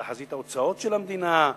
את תחזית ההוצאות של המדינה,